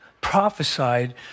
prophesied